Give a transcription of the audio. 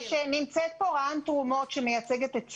נמצאת פה רע"ן תרומות שמייצגת את צה"ל.